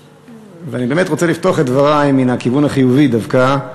אני באמת רוצה לפתוח את דברי מן הכיוון החיובי דווקא,